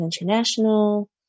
international